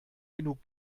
genug